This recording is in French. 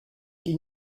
ils